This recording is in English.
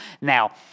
Now